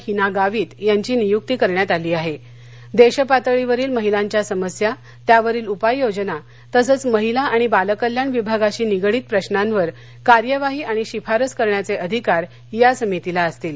हीना गावित यांची नियुक्ती करण्यात आली आहा दुध्यातळीवरील महिलांच्या समस्या त्यावरील उपाययोजना तसंच महिला आणि बालकल्याण विभागाशी निगडीत प्रश्नावर कार्यवाही आणि शिफारस करण्याच ििधिकार या समितीला असतील